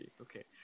Okay